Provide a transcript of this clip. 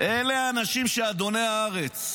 אלה האנשים שהם אדוני הארץ.